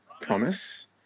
promise